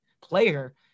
player